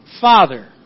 Father